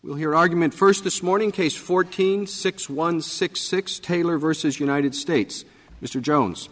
we'll hear argument first this morning case fourteen six one six six taylor versus united states mr jones